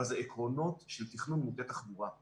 אבל זה עקרונות של תכנון מוטה תחבורה,